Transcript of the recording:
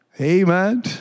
Amen